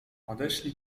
odeszli